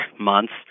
months